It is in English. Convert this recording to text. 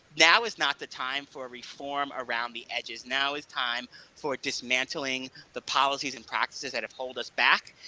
now is not the time for reform around the edges, now is time for dismantling the policies and practices that have held us back,